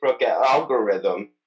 algorithm